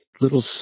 little